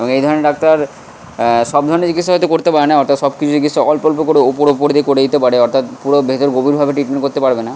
এবং এই ধরনের ডাক্তার সব ধরনের চিকিৎসা হয়তো করতে পারে না অর্থাৎ সব কিছু চিকিৎসা অল্প অল্প করে ওপর ওপর দিয়ে করে দিতে পারে অর্থাৎ পুরো ভেতর গভীরভাবে ট্রিটমেন্ট করতে পারবে না